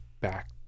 back